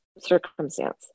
circumstance